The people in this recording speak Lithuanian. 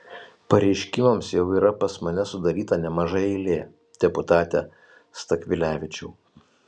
pareiškimams jau yra pas mane sudaryta nemaža eilė deputate stakvilevičiau